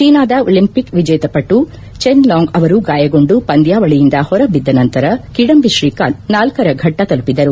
ಚೀನಾದ ಒಲಿಂಪಿಕ್ ವಿಜೇತ ಪಟು ಚೆನ್ಲಾಂಗ್ ಅವರು ಗಾಯಗೊಂಡು ಪಂದ್ಯಾವಳಿಯಿಂದ ಹೊರಬಿದ್ದ ನಂತರ ಕಿಡಂಬ ತ್ರೀಕಾಂತ್ ನಾಲ್ಗರ ಫಟ್ಟ ತಲುಪಿದರು